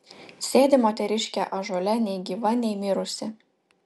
sėdi moteriškė ąžuole nei gyva nei mirusi